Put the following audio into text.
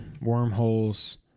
Wormholes